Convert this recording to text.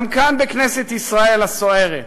גם כאן, בכנסת ישראל הסוערת,